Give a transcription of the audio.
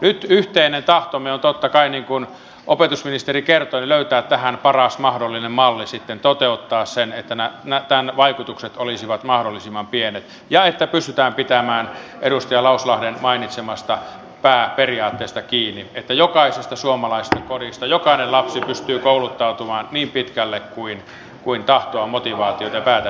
nyt yhteinen tahtomme on totta kai niin kuin opetusministeri kertoi löytää tähän paras mahdollinen malli toteuttaa se niin että tämän vaikutukset olisivat mahdollisimman pienet ja että pystytään pitämään edustaja lauslahden mainitsemasta pääperiaatteesta kiinni että jokaisesta suomalaisesta kodista jokainen lapsi pystyy kouluttautumaan niin pitkälle kuin tahtoa motivaatiota ja päätä riittää